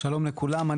תודה רבה.